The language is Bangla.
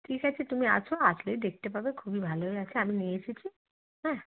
ঠিক আছে তুমি আসো আসলেই দেখতে পাবে খুবই ভালোই আছে আমি নিয়ে এসেছি হ্যাঁ